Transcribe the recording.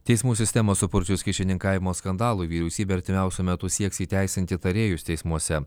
teismų sistemą supurčius kyšininkavimo skandalui vyriausybė artimiausiu metu sieks įteisinti tarėjus teismuose